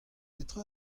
petra